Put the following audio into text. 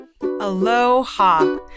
Aloha